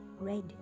red